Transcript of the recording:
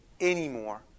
anymore